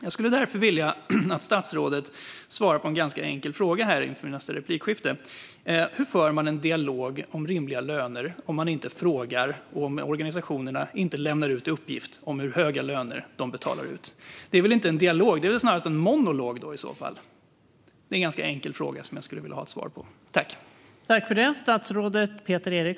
Jag skulle därför vilja att statsrådet svarar på en ganska enkel fråga i nästa replikskifte: Hur för man en dialog om rimliga löner om man inte frågar och om organisationerna inte lämnar ut uppgifter om hur höga löner de betalar ut? Det är väl inte en dialog utan snarast en monolog i så fall. Det är en ganska enkel fråga som jag skulle vilja ha ett svar på.